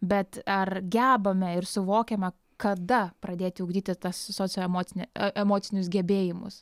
bet ar gebame ir suvokiame kada pradėti ugdyti tas socioemocinę emocinius gebėjimus